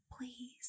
please